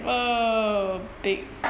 !whoa! big